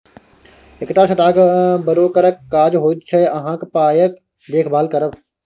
एकटा स्टॉक ब्रोकरक काज होइत छै अहाँक पायक देखभाल करब